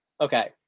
okay